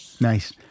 Nice